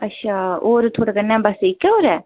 अच्छा होर थुआढ़े कन्नै बस इक्कै होर ऐ